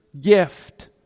gift